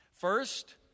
First